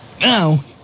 Now